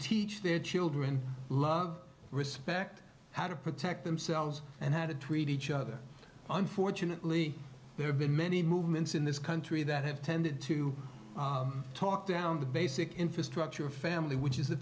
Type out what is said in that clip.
teach their children love respect how to protect themselves and how to treat each other unfortunately they have been many movements in this country that have tended to talk down the basic infrastructure of family which is